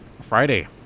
Friday